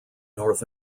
north